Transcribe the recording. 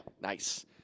Nice